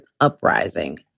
uprising